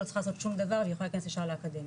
לא צריכה לעשות שום דבר והיא יכולה להיכנס ישר לאקדמיה.